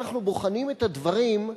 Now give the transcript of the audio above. אנחנו בוחנים את הדברים,